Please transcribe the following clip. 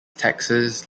taxes